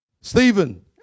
Stephen